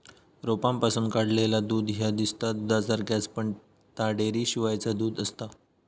रोपांपासून काढलेला दूध ह्या दिसता दुधासारख्याच, पण ता डेअरीशिवायचा दूध आसता